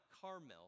Carmel